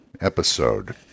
episode